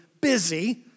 busy